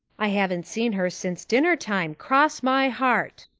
i haven't seen her since dinner time, cross my heart.